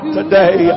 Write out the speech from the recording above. today